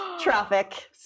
traffic